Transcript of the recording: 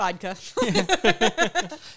Vodka